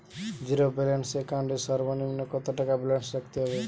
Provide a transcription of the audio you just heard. Zero balance account এর সর্বনিম্ন কত টাকা ব্যালেন্স রাখতে হবে?